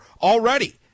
already